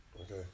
Okay